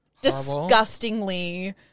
disgustingly